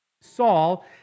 Saul